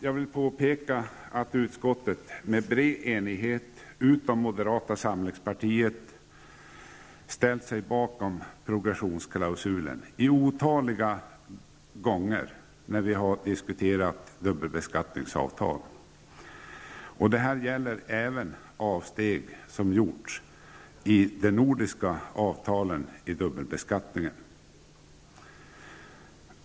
Jag vill påpeka att utskottet i bred enighet, förutom moderata samlingspartiet, har ställt sig bakom progressionsklausulen otaliga gånger när vi har diskuterat dubbelbeskattningsavtal. Det här gäller även avsteg som har gjorts i de nordiska avtalen för dubbelbeskattning.